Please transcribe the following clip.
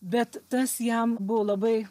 bet tas jam buvo labai